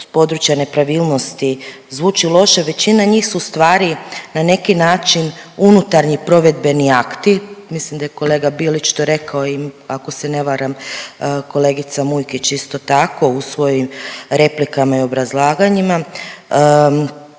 područja nepravilnosti zvuči loše većina njih su ustvari na neki način unutarnji provedbeni akti. Mislim da je kolega Bilić to rekao i ako se ne varam kolegica Mujkić isto tako u svojim replikama i obrazlaganjima